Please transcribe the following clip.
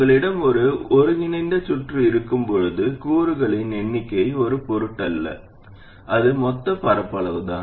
உங்களிடம் ஒரு ஒருங்கிணைந்த சுற்று இருக்கும்போது கூறுகளின் எண்ணிக்கை ஒரு பொருட்டல்ல அது மொத்த பரப்பளவுதான்